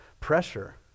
pressure